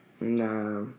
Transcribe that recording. Nah